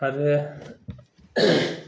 आरो